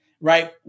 right